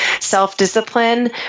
self-discipline